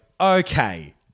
Okay